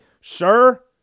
Sure